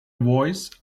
voice